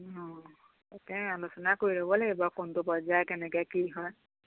অঁ তাকে আলোচনা কৰি ল'ব লাগিব কোনটো পৰ্যায় কেনেকৈ কি হয়